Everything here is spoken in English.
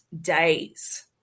days